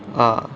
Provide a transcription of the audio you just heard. ah